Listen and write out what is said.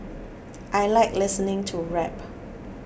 I like listening to rap